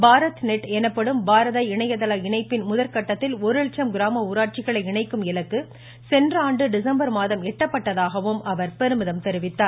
Bharat net எனப்படும் பாரத் இணையதள இணைப்பின் முதல்கட்டத்தில் ஒரு லட்சம் கிராம ஊராட்சிகளை இணைக்கும் இலக்கு சென்ற ஆண்டு டிசம்பர் மாதம் எட்டப்பட்டதாகவும் அவர் பெருமிதம் தெரிவித்தார்